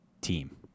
team